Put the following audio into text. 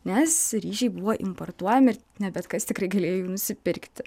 nes ryžiai buvo importuojami ir ne bet kas tikrai galėjo jų nusipirkti